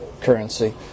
currency